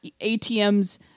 atms